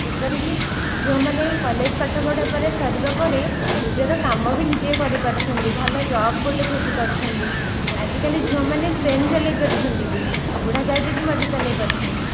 ଯେପରିକି ଝିଅମାନେ କଲେଜ ପାଠପଢ଼ା ପରେ ସରିବାପରେ ନିଜର କାମ ବି ନିଜେ କରିପାରୁଛନ୍ତି ଭଲ ଜବ୍ ଗୋଟିଏ ଖୋଜିପାରୁଛନ୍ତି ଆଜିକାଲି ଝିଅମାନେ ଟ୍ରେନ୍ ଚଳାଇ ପାରୁଛନ୍ତି ବି ଉଡ଼ାଜାହାଜ ବି ମଧ୍ୟ ଚଳାଇପାରୁଛନ୍ତି